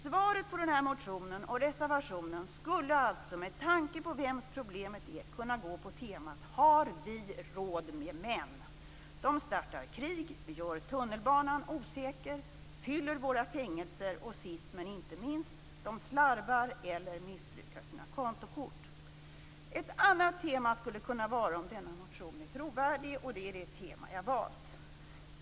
Svaret på motionen och reservationen skulle alltså, med tanke på vems problemet är, kunna ha temat: Har vi råd med män? De startar krig, gör tunnelbanan osäker, fyller våra fängelser och sist men inte minst - de slarvar med eller missbrukar sina kontokort. Ett annat tema skulle kunna vara huruvida denna motion är trovärdig. Det är det tema jag har valt.